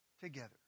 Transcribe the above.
together